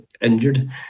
injured